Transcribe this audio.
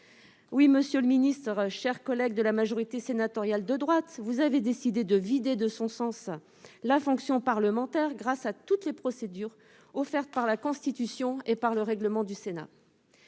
Oui, monsieur le ministre, mes chers collègues de la majorité sénatoriale de droite, vous avez décidé de vider de son sens la fonction parlementaire grâce à toutes les procédures offertes par la Constitution et par le règlement du Sénat.